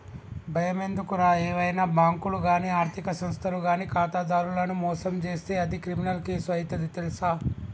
బయమెందుకురా ఏవైనా బాంకులు గానీ ఆర్థిక సంస్థలు గానీ ఖాతాదారులను మోసం జేస్తే అది క్రిమినల్ కేసు అయితది తెల్సా